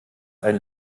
ein